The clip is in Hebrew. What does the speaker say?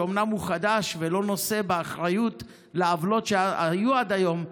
שאומנם הוא חדש ולא נושא באחריות לעוולות שהיו עד היום,